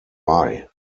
are